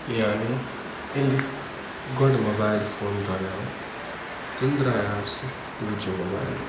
یعنی ییٚلہِ گۄڈٕ موبایِل فون درایاو تیٚلہِ درایاو سُہ ٹوٗ جی موبایِل فون